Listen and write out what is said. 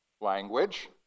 Language